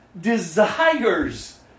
desires